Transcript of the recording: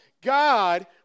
God